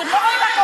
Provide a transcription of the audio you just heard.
בני תרבות.